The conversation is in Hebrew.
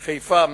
חיפה,